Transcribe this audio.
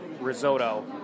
Risotto